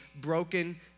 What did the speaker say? broken